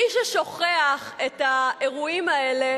מי ששוכח את האירועים האלה